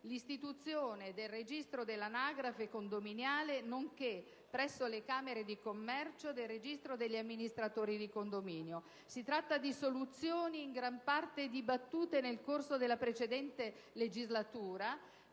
l'istituzione del registro dell'anagrafe condominiale nonché - presso le Camere di commercio - del registro degli amministratori di condominio. Si tratta di soluzioni in gran parte dibattute nel corso della precedente legislatura,